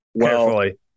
Carefully